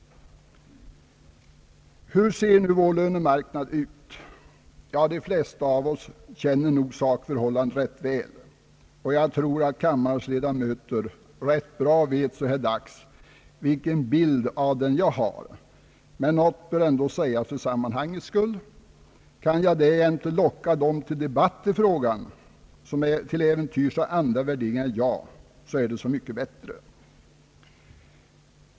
Hur ser nu vår lönemarknad ut? De flesta av oss känner nog sakförhållandet rätt väl, och jag tror att kammarens ledamöter så här dags rätt väl vet vilken bild jag har av den, men något bör väl ändå sägas för sammanhangets skull. Kan jag därjämte locka dem till debatt i frågan som till äventyrs har andra värderingar än jag så är det så mycket bättre.